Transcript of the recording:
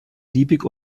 liebig